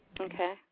Okay